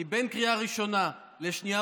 כי בין הקריאה הראשונה לקריאה השנייה